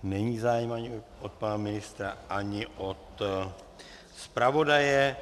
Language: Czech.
Není zájem ani od pana ministra, ani od zpravodaje.